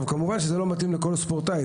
כמובן שזה לא מתאים לכל ספורטאי,